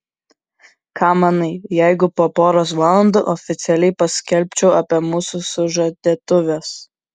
ką manai jeigu po poros valandų oficialiai paskelbčiau apie mūsų sužadėtuves